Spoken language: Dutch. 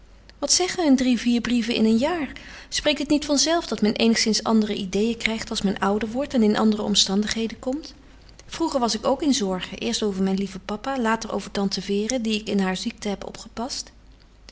wat zeggen een drie vier brieven in een jaar spreekt het niet van zelf dat men eenigszins andere ideeën krijgt als men ouder wordt en in andere omstandigheden komt vroeger was ik ook in zorgen eerst over mijn lieve papa later over tante vere die ik in haar ziekte heb opgepast